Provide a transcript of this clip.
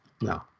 No